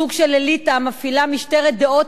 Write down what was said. סוג של אליטה המפעילה משטרת דעות